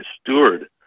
steward